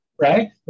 Right